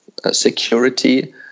security